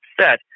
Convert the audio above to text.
set